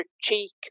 cheek